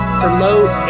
promote